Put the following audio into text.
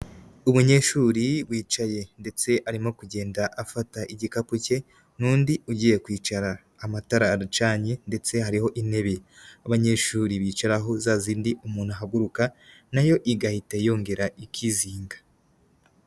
Umunyeshuri wicaye ndetse arimo kugenda afata igikapu cye n'undi ugiye kwicara, amatara aracanye ndetse hariho intebe abanyeshuri bicara aho zazindi umuntu ahaguruka nayo igahita yongera ikizinga.